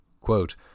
Quote